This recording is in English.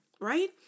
Right